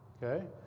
ok?